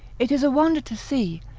it is a wonder to see,